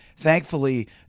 Thankfully